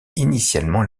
initialement